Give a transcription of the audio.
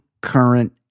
Current